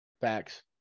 Facts